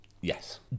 Yes